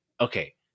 Okay